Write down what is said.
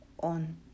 on